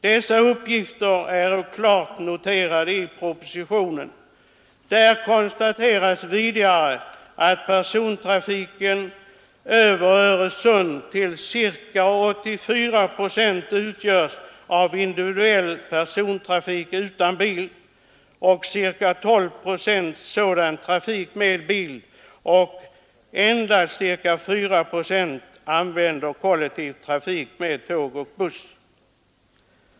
Dessa uppgifter är klart noterade i propositionen, och där konstateras vidare att persontrafiken över Öresund till ca 84 procent utgörs av individuell persontrafik utan bil och till ca 12 procent av sådan trafik med bil. Endast ca 4 procent faller på kollektivtrafik med tåg och buss.